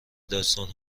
داستان